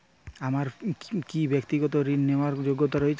আমার কী ব্যাক্তিগত ঋণ নেওয়ার যোগ্যতা রয়েছে?